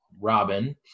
Robin